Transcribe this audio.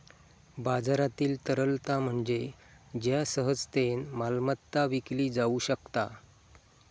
बाजारातील तरलता म्हणजे ज्या सहजतेन मालमत्ता विकली जाउ शकता